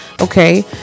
okay